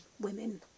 women